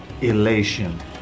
Elation